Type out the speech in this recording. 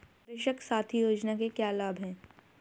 कृषक साथी योजना के क्या लाभ हैं?